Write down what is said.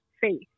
faith